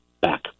back